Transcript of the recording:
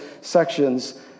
sections